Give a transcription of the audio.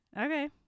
okay